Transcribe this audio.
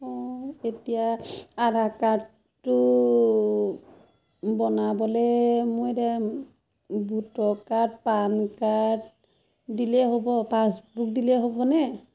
অঁ এতিয়া আধাৰ কাৰ্ডটো বনাবলৈ মোৰ এতিয়া ভোটৰ কাৰ্ড পান কাৰ্ড দিলেই হ'ব পাছবুক দিলেই হ'বনে